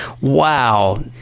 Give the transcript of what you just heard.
Wow